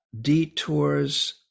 detours